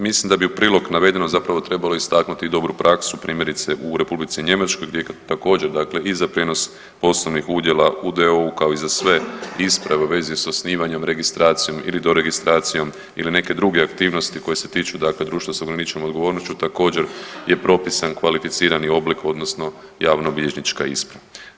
Mislim da u prilog navedenog zapravo trebalo istaknuti dobru praksu primjerice u Republici Njemačkoj gdje je također i za prijenos poslovnih udjela u d.o.o.-u kao i za sve isprave u vezi s osnivanjem, registracijom ili do registracijom ili neke druge aktivnosti koje se tiču društva sa ograničenom odgovornošću također je propisan kvalificirani oblik odnosno javnobilježnička isprava.